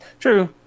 true